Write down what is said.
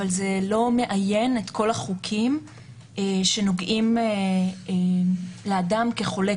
אבל זה לא מאיין את כל החוקים שנוגעים לאדם כחולה,